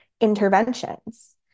interventions